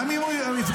גם אם הוא הפגין.